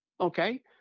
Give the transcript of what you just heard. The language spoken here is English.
Okay